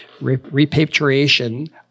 repatriation